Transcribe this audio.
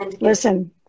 Listen